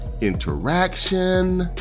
interaction